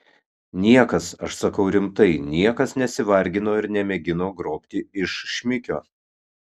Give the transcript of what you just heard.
niekas aš sakau rimtai niekas nesivargino ir nemėgino grobti iš šmikio